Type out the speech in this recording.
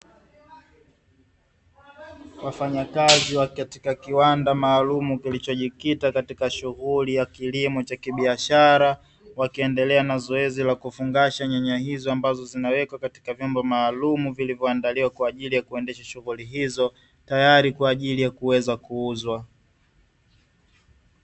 Wafanyakazi wa katika kiwanda maalum, kilichojikita katika shughuli ya kilimo cha kibiashara, wakiendelea na zoezi la kufungasha nyanya hizo, ambazo zinawekwa katika vyombo maalum, vilivyoandaliwa kwa ajili ya kuendesha shughuli hizo, tayari kwa ajili ya kuweza kuuzwa.